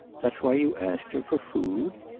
that's why you asked her? for food?